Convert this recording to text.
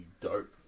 dope